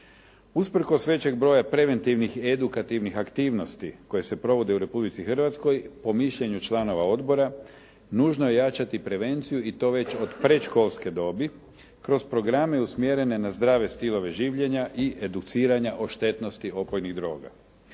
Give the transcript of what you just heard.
Usprkos većeg broja preventivnih i edukativnih aktivnosti koje se provode u Republici Hrvatskoj po mišljenju članova odbora nužno je jačati prevenciju i to već od predškolske dobi kroz programe usmjerene na zdrave stilove življenja i educiranja o štetnosti opojnih droga.